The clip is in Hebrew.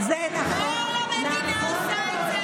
זה מה שכל המדינה עושה.